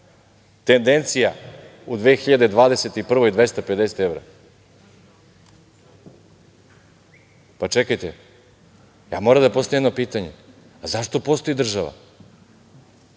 tendencija u 2021. godini je 250 evra. Pa, čekajte, ja moram da postavim jedno pitanje, zašto postoji država?